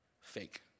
fake